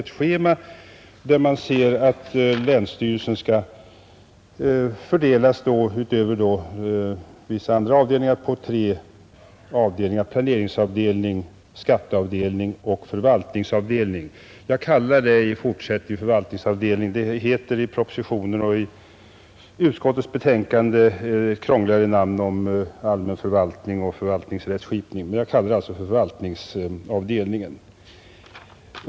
Man ser därav att länsstyrelsen förutom vissa andra avdelningar skall fördelas på planeringsavdelning, skatteavdelning och förvaltningsavdelning — jag kommer i fortsättningen att kalla den så; i propositionen och i utskottets betänkande återges den med något krångligare namn som avdelning för allmän förvaltning och förvaltningsrättskipning.